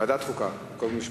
ועדת החוקה, חוק ומשפט,